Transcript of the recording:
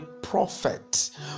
Prophet